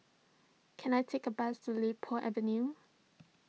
can I take a bus to Li Po Avenue